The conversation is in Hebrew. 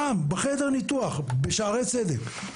שם בחדר ניתוח, בשערי צדק.